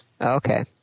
Okay